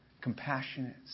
Compassionate